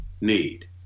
need